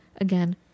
again